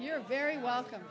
you're very welcome